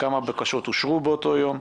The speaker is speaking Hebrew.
כמה בקשות אושרו באותו יום,